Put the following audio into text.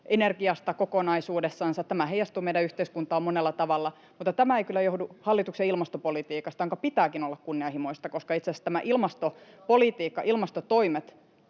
energiasta kokonaisuudessansa. Tämä heijastuu meidän yhteiskuntaan monella tavalla, mutta tämä ei kyllä johdu hallituksen ilmastopolitiikasta, jonka pitääkin olla kunnianhimoista, koska itse asiassa tämä ilmastopolitiikka, ilmastotoimet,